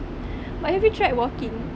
but have you tried walking